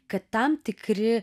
kad tam tikri